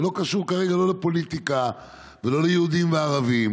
זה לא קשור כרגע לא לפוליטיקה ולא ליהודים וערבים,